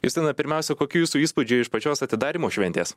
justina pirmiausia kokių jūsų įspūdžiai iš pačios atidarymo šventės